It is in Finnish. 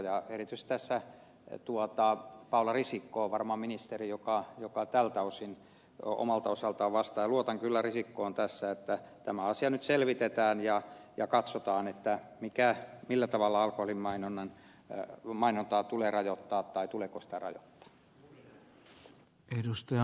ja erityisesti paula risikko on varmaan ministeri joka tästä omalta osaltaan vastaa ja luotan kyllä risikkoon tässä että tämä asia nyt selvitetään ja katsotaan millä tavalla alkoholin mainontaa tulee rajoittaa tai tuleeko sitä rajoittaa